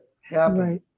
happen